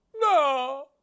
No